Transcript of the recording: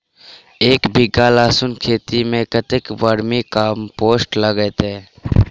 एक बीघा लहसून खेती मे कतेक बर्मी कम्पोस्ट लागतै?